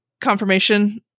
confirmation